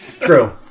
True